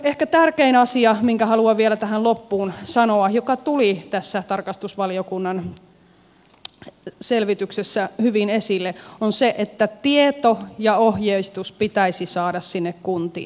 ehkä tärkein asia minkä haluan vielä tähän loppuun sanoa joka tuli tässä tarkastusvaliokunnan selvityksessä hyvin esille on se että tieto ja ohjeistus pitäisi saada sinne kuntiin